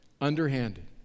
underhanded